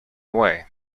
away